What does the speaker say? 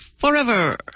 forever